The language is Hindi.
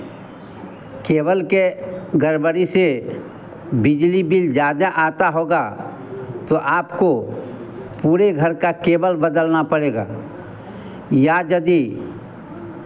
केबल के गड़बड़ी से बिजली बिल ज़्यादा आता होगा तो आपको पूरे घर का केबल बदलना पड़ेगा या यदि